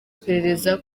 iperereza